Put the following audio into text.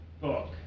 book